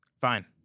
Fine